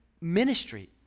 ministry